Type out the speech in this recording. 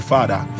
Father